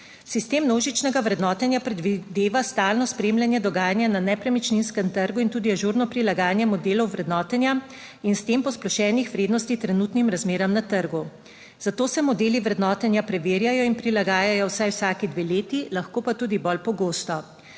Sistem množičnega vrednotenja predvideva stalno spremljanje dogajanja na nepremičninskem trgu in tudi ažurno prilagajanje modelov vrednotenja in s tem posplošenih vrednosti trenutnim razmeram na trgu. Zato se modeli vrednotenja preverjajo in prilagajajo vsaj vsaki dve leti, lahko pa tudi bolj pogosto.